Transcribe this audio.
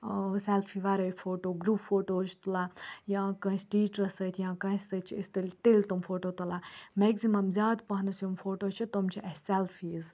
selfie وَرٲے photo group photos چھِ تُلان یا کٲنٛسہِ ٹیٖچرَس سۭتۍ یا کٲنٛسہِ سۭتۍ چھِ أسۍ تیٚلہِ تیٚلہِ تم فوٹو تُلان مٮ۪کزِمَم زیادٕ پہنَس یِم فوٹو چھِ تم چھِ اَسہِ سٮ۪لفیٖز